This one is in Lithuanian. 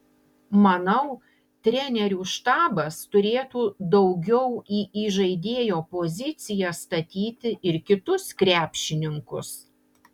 manau trenerių štabas turėtų daugiau į įžaidėjo poziciją statyti ir kitus krepšininkus